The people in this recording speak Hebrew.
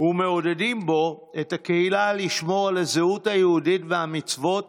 ומעודדים בו את הקהילה לשמור על הזהות היהודית והמצוות